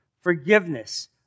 forgiveness